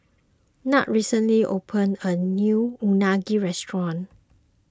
Nat recently opened a new Unagi restaurant